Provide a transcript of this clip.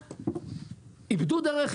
הם איבדו דרך,